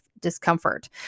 discomfort